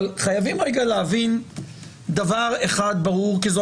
אבל חייבים רגע להבין דבר אחד ברור כי זו